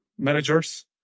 Managers